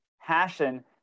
passion